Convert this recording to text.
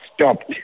stopped